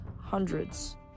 hundreds